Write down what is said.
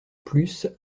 plus